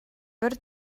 бер